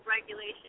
regulation